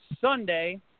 Sunday